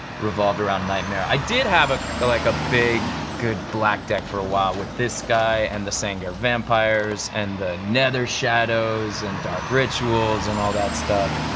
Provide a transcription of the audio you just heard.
revolved around nightmare. i did have ah like a big good black deck for a while with this guy and the sengir vampires and the nether shadows and dark rituals and all that stuff.